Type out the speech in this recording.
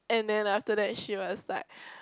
and then after that she was like